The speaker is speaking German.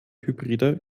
hybride